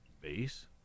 base